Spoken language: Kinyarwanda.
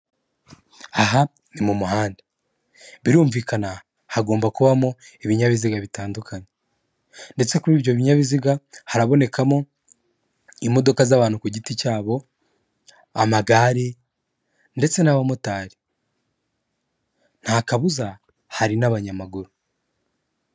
Aha ni mu muhanda, birumvikana hagomba kubamo ibinyabiziga bitandukanye ndetse kuri ibyo binyabiziga harabonekamo imodoka z'abantu ku giti cyabo, amagare ndetse n'abamotari, ntakabuza hari n'abanyamaguru.